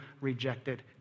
rejected